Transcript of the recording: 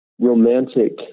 romantic